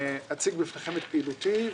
אציג בפניכם את פעילותי,